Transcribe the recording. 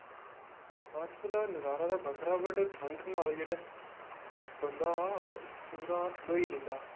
बर्फ दा नजारा ते बक्खरा बट ठंड नाल जेहड़ा बंदा पूरा ठंडोई जंदा